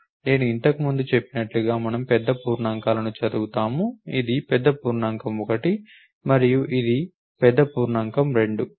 నేను ఇంతకు ముందు చెప్పినట్లుగా మనం పెద్ద పూర్ణాంకాలను చదువుతాము ఇది పెద్ద పూర్ణాంకం 1 మరియు ఇది పెద్ద పూర్ణాంకము 2